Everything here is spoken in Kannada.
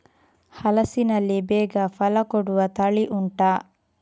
ಹಲಸಿನಲ್ಲಿ ಬೇಗ ಫಲ ಕೊಡುವ ತಳಿ ಉಂಟಾ